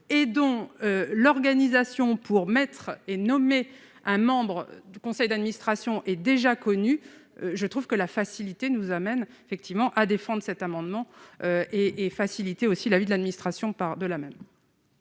et dont l'organisation pour mettre et nommer un membre du conseil d'administration est déjà connu, je trouve que la facilité nous amène effectivement à défendre cet amendement et et faciliter aussi la vie de l'administration, par de la même.